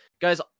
guys